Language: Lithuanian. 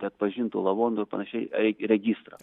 neatpažintų lavonų ir panašiai re registrą